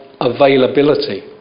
availability